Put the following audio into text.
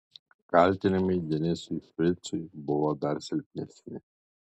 kaltinimai denisui fricui buvo dar silpnesni